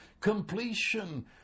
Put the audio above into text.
completion